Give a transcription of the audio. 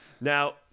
Now